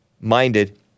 minded